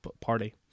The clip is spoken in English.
party